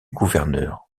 gouverneur